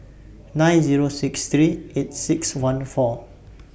nine Zero six three eight six one four